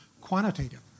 quantitative